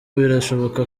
birashoboka